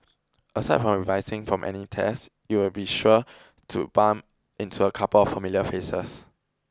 aside from revising for any tests you'll be sure to bump into a couple of familiar faces